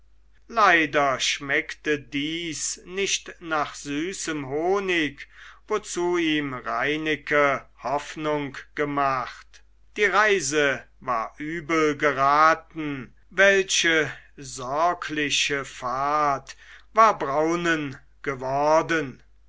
leider schmeckte dies nicht nach süßem honig wozu ihm reineke hoffnung gemacht die reise war übel geraten eine sorgliche fahrt war braunen geworden